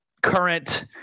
current